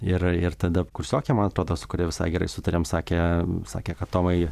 ir ir tada kursiokė man atrodo su kuria visai gerai sutarėm sakė sakė kad tomai